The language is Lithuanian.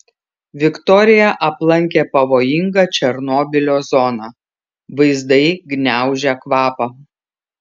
viktorija aplankė pavojingą černobylio zoną vaizdai gniaužia kvapą